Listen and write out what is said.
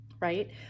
Right